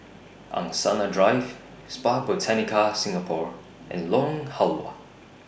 Angsana Drive Spa Botanica Singapore and Lorong Halwa